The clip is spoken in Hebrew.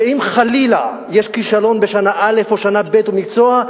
ואם חלילה יש כישלון בשנה א' או בשנה ב' במקצוע,